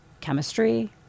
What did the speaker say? chemistry